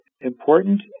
important